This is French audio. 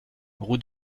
route